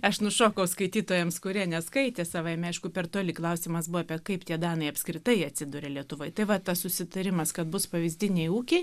aš nušokau skaitytojams kurie neskaitė savaime aišku per toli klausimas buvo apie kaip tie danai apskritai atsiduria lietuvoj tai va tas susitarimas kad bus pavyzdiniai ūkiai